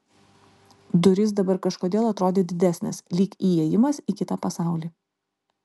durys dabar kažkodėl atrodė didesnės lyg įėjimas į kitą pasaulį